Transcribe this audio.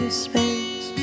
space